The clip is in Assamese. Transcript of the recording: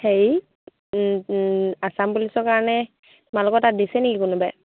হেৰি আসাম পুলিচৰ কাৰণে তোমালোকৰ তাত দিছে নেকি কোনোবাই